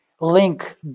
link